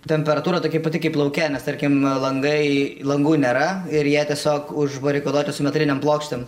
temperatūra tokia pati kaip lauke nes tarkim langai langų nėra ir jie tiesiog užbarikaduoti su metalinėm plokštėm